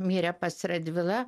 mirė pats radvila